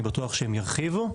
ואני בטוח שהם ירחיבו.